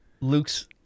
Luke's